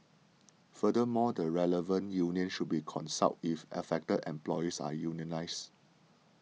furthermore the relevant union should be consulted if affected employees are unionised